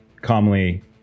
calmly